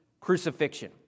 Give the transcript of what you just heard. crucifixion